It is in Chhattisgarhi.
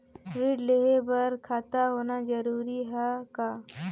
ऋण लेहे बर खाता होना जरूरी ह का?